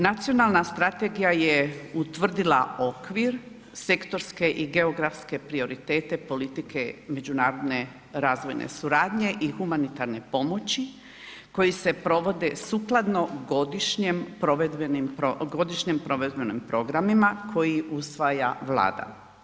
Nacionalna strategija je utvrdila okvir sektorske i geografske prioritete politike međunarodne razvojne suradnje i humanitarne pomoći koji se provode sukladno godišnjem provedbenim programima koji usvaja Vlada.